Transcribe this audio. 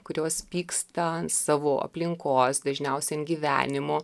kurios pyksta ant savo aplinkos dažniausiai ant gyvenimo